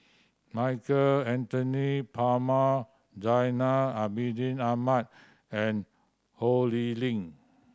Michael Anthony Palmer Zainal Abidin Ahmad and Ho Lee Ling